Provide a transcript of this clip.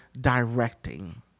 directing